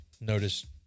notice